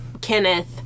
Kenneth